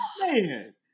Man